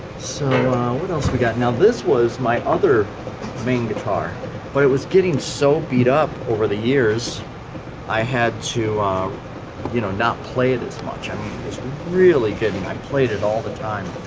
so what else we got now, this was my other main guitar but it was getting so beat up over the years i had to you know not play it as much. i mean, it's been really good. i played it all the time